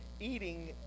eating